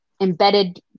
embedded